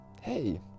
hey